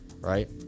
right